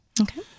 Okay